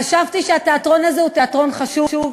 חשבתי שהתיאטרון הזה הוא תיאטרון חשוב,